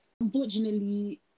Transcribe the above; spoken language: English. unfortunately